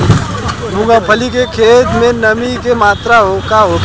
मूँगफली के खेत में नमी के मात्रा का होखे?